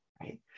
right